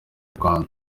rwanda